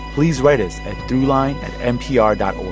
please write us at throughline at npr dot o